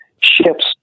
ships